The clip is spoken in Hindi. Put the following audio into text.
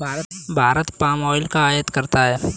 भारत पाम ऑयल का आयात करता है